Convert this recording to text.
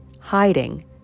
hiding